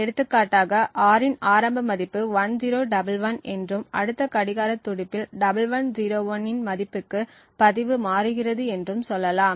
எடுத்துக்காட்டாக R இன் ஆரம்ப மதிப்பு 1011 என்றும் அடுத்த கடிகார துடிப்பில் 1101 இன் மதிப்புக்கு பதிவு மாறுகிறது என்றும் சொல்லலாம்